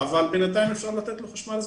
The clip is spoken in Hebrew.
אבל בינתיים אפשר לתת לו חשמל זמני.